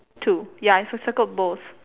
two ya I cir~ circled both